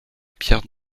pierres